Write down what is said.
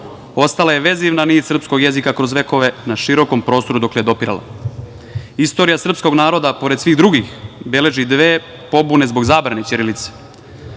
ostala je vezivna nit srpskog jezika kroz vekove na širokom prostoru dokle je dopirala. Istorija srpskog naroda, pored svih drugih, beleži dve pobune zbog zabrane ćirilice.